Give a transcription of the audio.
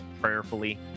prayerfully